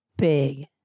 Big